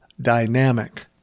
dynamic